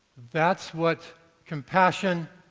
that's what compassion,